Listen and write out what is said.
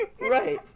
Right